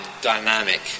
dynamic